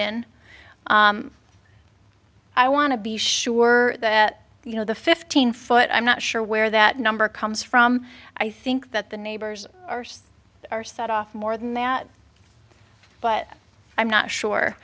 in i want to be sure that you know the fifteen foot i'm not sure where that number comes from i think that the neighbors arse are set off more than that but i'm not sure